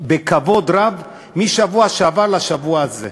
בכבוד רב, מהשבוע שעבר לשבוע הזה.